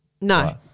no